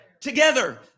Together